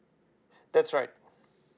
that's right